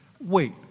Wait